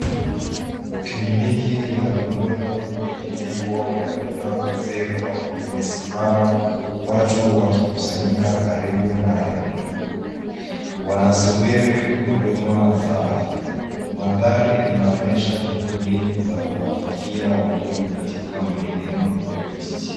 Kliniki ya rununu yenye nembo ya Beyond Zero , limesimama watu wakikusanyika karibu nayo. Wanasubiri huduma za afya. Mandhari inaonyesha juhudi za kuwafikia walio katika maeneo ya vijijini.